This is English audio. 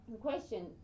question